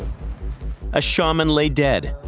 a shaman lay dead.